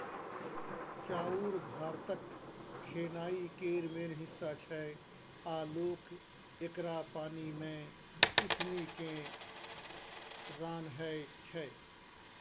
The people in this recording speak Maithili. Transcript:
चाउर भारतक खेनाइ केर मेन हिस्सा छै आ लोक एकरा पानि मे उसनि केँ रान्हय छै